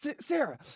Sarah